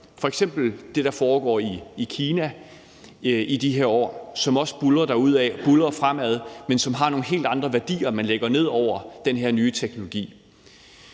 – f.eks. det, der foregår i Kina i de her år, som også buldrer derudad og buldrer fremad, men som har nogle helt andre værdier, man lægger ned over den her nye teknologi.